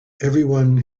everyone